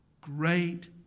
Great